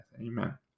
Amen